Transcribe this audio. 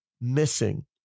missing